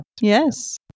Yes